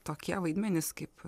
tokie vaidmenys kaip